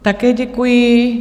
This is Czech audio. Také děkuji.